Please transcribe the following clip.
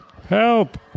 Help